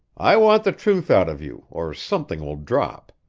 i want the truth out of you, or something will drop.